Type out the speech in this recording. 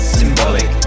symbolic